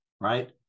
right